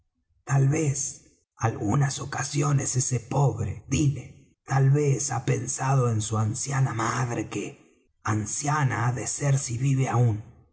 tal vez algunas ocasiones ese pobre díle tal vez ha pensado en su anciana madre que anciana ha de ser si vive aún